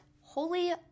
holy